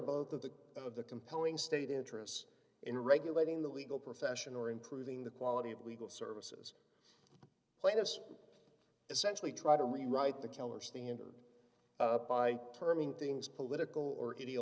both of the of the compelling state interest in regulating the legal profession or improving the quality of legal services plaintiffs essentially try to rewrite the killer standard by terming things political or